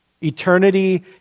Eternity